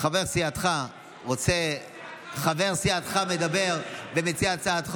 חבר סיעתך מדבר ומציע הצעת חוק.